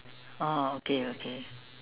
oh okay okay